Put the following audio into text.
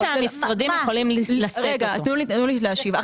תנו לי להשיב.